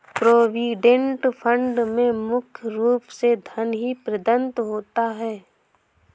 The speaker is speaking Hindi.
प्रोविडेंट फंड में मुख्य रूप से धन ही प्रदत्त होता है